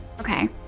Okay